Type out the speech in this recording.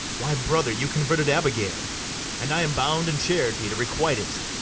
why, brother, you converted abigail and i am bound in charity to requite it,